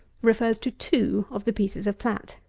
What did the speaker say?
refers to two of the pieces of plat.